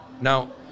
Now